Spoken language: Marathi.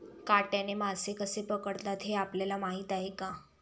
काट्याने मासे कसे पकडतात हे आपल्याला माहीत आहे का?